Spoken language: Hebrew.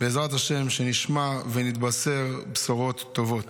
בעזרת השם, שנשמע ונתבשר בשורות טובות.